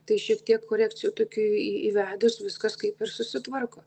tai šiek tiek korekcijų tokių įvedus viskas kaip ir susitvarko